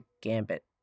Gambit